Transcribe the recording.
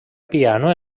piano